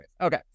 okay